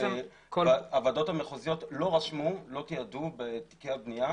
הוועדות המחוזיות לא תיעדו בתיקיית בנייה